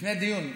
לפני הדיון,